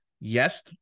yes